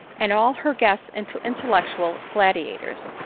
and all her guests into intellectual gladiators.